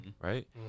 right